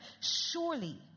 Surely